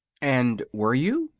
and were you?